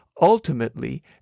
ultimately